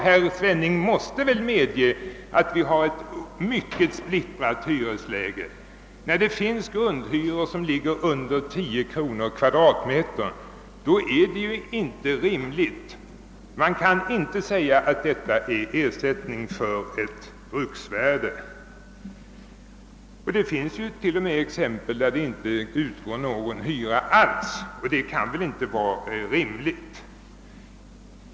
Herr Svenning måste väl ändå medge att vi har en mycket splittrad hyressituation. Det finns ju grundhyror som ligger på 10 kronor m?, och då kan man inte gärna tala om ersättning för bruksvärde. I vissa fall utgår för övrigt ingen hyra alls. Detta kan väl ändå inte anses vara rimligt.